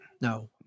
No